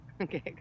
okay